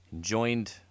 joined